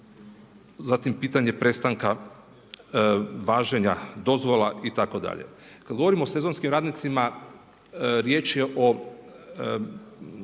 zatim pitanje prestanka važenja dozvola itd.. Kada govorimo o sezonskim radnicima, riječ je o